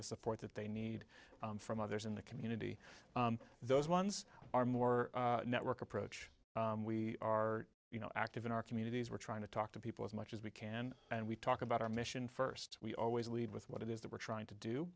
the support that they need from others in the community those ones are more network approach we are you know active in our communities we're trying to talk to people as much as we can and we talk about our mission first we always lead with what it is that we're trying to do